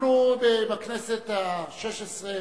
אנחנו בכנסת השש-עשרה